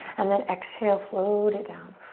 and then exhale, float it down.